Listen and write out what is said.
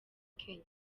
kenya